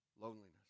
loneliness